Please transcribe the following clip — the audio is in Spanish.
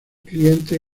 cliente